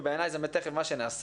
ובעיניי זה מה שתכף נעשה,